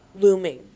looming